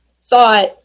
thought